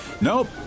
Nope